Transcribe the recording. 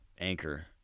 Anchor